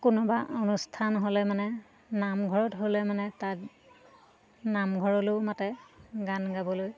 কোনোবা অনুষ্ঠান হ'লে মানে নামঘৰত হ'লে মানে তাত নামঘৰলেও মাতে গান গাবলৈ